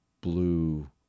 blue